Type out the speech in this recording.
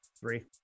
three